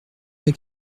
pas